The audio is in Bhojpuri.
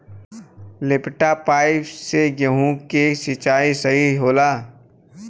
लपेटा पाइप से गेहूँ के सिचाई सही होला?